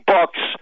Bucks